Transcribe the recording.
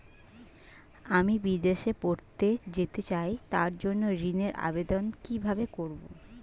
আমি বিদেশে পড়তে যেতে চাই তার জন্য ঋণের আবেদন কিভাবে করব?